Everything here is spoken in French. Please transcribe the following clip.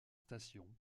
stations